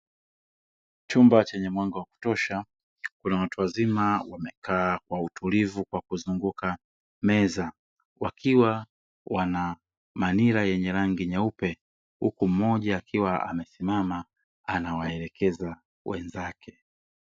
Chumba chenye mwanga wa kutosha, kuna watu wazima wamekaa kwa utulivu kwa kuzunguka meza wakiwa wana manila yenye rangi nyeupe huku mmoja akiwa amesimama anawaelekeza wenzake.